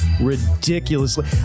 ridiculously